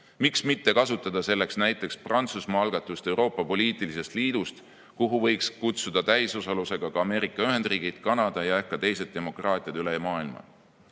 Miks mitte kasutada selleks näiteks Prantsusmaa algatust Euroopa poliitilisest liidust, kuhu võiks kutsuda täisosalusega Ameerika Ühendriigid, Kanada ja ehk ka teised demokraatiad üle maailma. Head